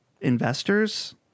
investors